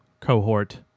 cohort